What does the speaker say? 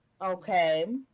Okay